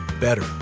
better